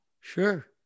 Sure